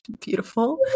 beautiful